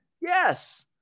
Yes